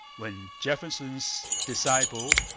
when jefferson's disciple,